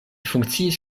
funkciis